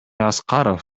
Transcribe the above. аскаров